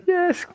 Yes